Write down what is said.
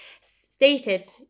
stated